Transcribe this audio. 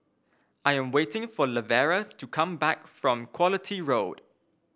I am waiting for Lavera to come back from Quality Road